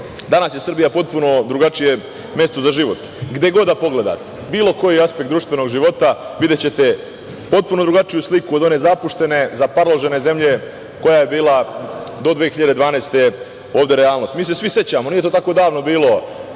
Danas je Srbija potpuno drugačije mesto za život. Gde god da pogledate, bilo koji aspekt društvenog života, videćete potpuno drugačiju sliku od one zapuštene, zaparložene zemlje koja je bila do 2012. godine ovde realnost. Mi se svi sećamo, nije to tako davno bilo,